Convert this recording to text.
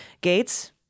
Gates